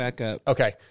Okay